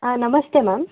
ನಮಸ್ತೆ ಮ್ಯಾಮ್